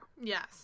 Yes